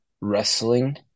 wrestling